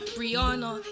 Brianna